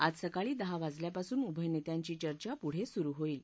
आज सकाळी दहा वाजल्यापासून उभय नेत्यांची चर्चा पुढं सुरु होईल